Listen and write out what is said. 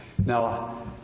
now